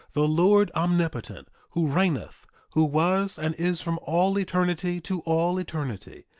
the lord omnipotent who reigneth, who was, and is from all eternity to all eternity,